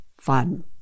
fun